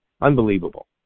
Unbelievable